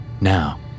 now